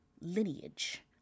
lineage